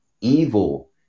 evil